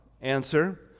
Answer